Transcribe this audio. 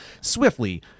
swiftly